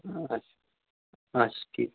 اچھ اچھ ٹھیٖک